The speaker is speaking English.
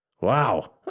Wow